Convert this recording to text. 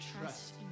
trust